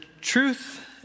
truth